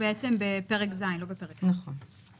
"מינוי